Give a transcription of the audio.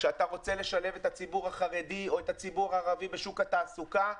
כשאתה רוצה לשלב את הציבור החרדי או את הציבור הערבי בשוק התעסוקה,